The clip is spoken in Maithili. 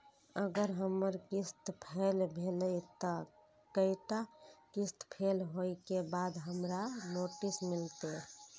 अगर हमर किस्त फैल भेलय त कै टा किस्त फैल होय के बाद हमरा नोटिस मिलते?